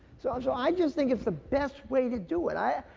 so, um so i just think it's the best way to do it. i,